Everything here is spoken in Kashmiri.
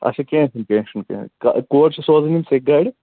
اچھا کیٚنٛہہ چھُنہٕ کیٚنٛہہ چھُنہٕ کیٚنہہ کہ کور چھِ سوزٕنۍ یِم سیٚکہِ گاڑِ